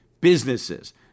businesses